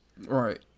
Right